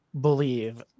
believe